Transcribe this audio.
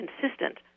consistent